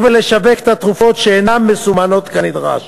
ולשווק את התרופות שאינן מסומנות כנדרש.